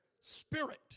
spirit